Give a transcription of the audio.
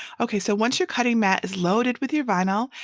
okay so once your cutting mat is loaded with your vinyl,